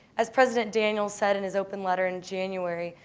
as president daniels said in his opening letter in january,